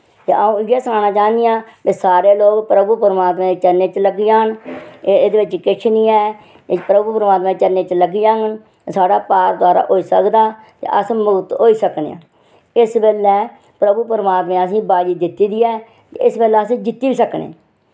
अऊं इयै सनाना चाहनिआं वे सारे लोक प्रभु परमात्मे दे चरणें च लग्गी जान एह्दे बिच किश नि ऐ प्रभु परमात्मे दे चरणें च लग्गी जांगन ते साढ़ा पार तुआरा होई सकदा ते अस मुक्त होई सकनेआं इस बेल्लै प्रभु परमात्मे असें बारी दित्ती दी ऐ ते इस बेल्लै अस जित्ती बी सकने